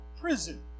prison